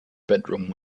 bedroom